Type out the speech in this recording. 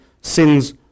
sins